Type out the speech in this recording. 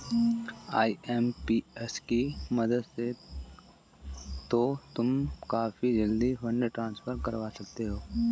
IMPS की मदद से तो तुम काफी जल्दी फंड ट्रांसफर करवा सकते हो